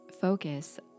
focus